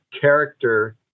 character